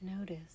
Notice